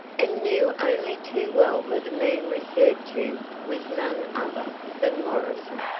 and knew only too well that the man referred to was none other than morrison.